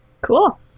Cool